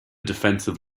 defensive